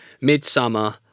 Midsummer